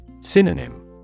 Synonym